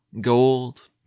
gold